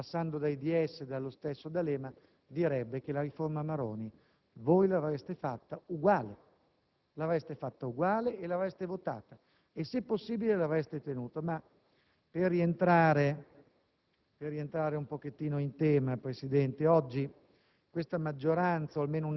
magari qualcuno della sinistra estrema - tra i banchi della Margherita, passando dai DS e dallo stesso D'Alema, si direbbe che la riforma Maroni voi l'avreste fatta uguale. L'avreste fatta uguale e votata e, se possibile, l'avreste tenuta. Ma per rientrare